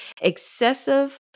excessive